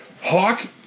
Hawk